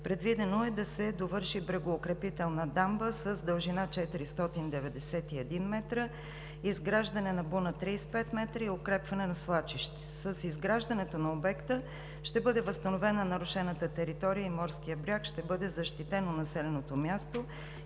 предвидено е да се довърши брегоукрепителна дамба с дължина 491 м, изграждане на буна – 35 м, и укрепване на свлачище. С изграждането на обекта ще бъде възстановена нарушената територия на морския бряг, ще бъде защитено населеното място